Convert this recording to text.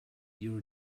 your